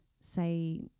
say